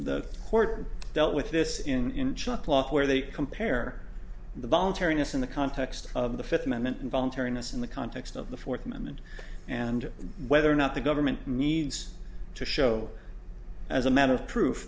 court dealt with this in law where they compare the voluntariness in the context of the fifth amendment in voluntariness in the context of the fourth amendment and whether or not the government needs to show as a matter of proof